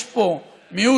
יש פה מיעוט